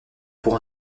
pour